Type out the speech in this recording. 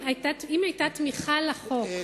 אם היתה תמיכה לחוק,